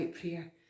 prayer